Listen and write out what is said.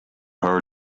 her